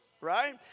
Right